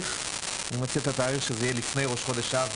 אני מציע שהתאריך יהיה לפני ראש חודש אב,